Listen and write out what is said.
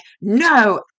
no